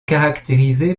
caractérisé